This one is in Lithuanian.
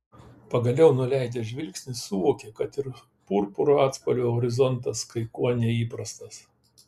pagaliau nuleidęs žvilgsnį suvokė kad ir purpuro atspalvio horizontas kai kuo neįprastas